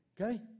Okay